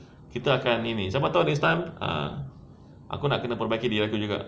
kita akan ini siapa tahu next time ah aku nak kena memperbaiki diri aku juga